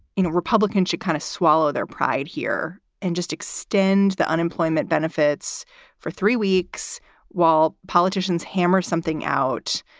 you know, republicans should kind of swallow their pride here and just extend the unemployment benefits for three weeks while politicians hammer something out.